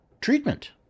treatment